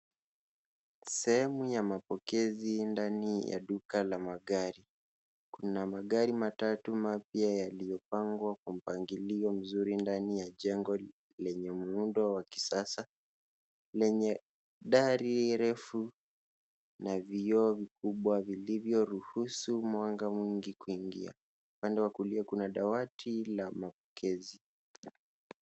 Sehemu ya mapokezi ndani ya duka la magari. Kuna magari matatu mapya yaliyopangwa kwa mpangilio mzuri ndani ya jengo lenye muundo wa kisasa lenye dari refu na vioo vikubwa vilivyo ruhusu mwanga mwingi kuingia. Upande wa kulia kuna dawati la mapokezi.